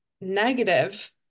negative